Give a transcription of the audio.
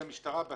תהיה המשטרה,